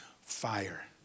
fire